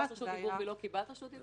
ביקשת רשות דיבור ולא קיבלת רשות דיבור?